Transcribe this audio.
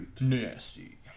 Nasty